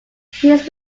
his